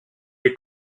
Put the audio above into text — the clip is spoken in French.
est